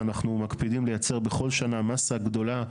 אנחנו מקפידים לייצר בכל שנה מסה גדולה,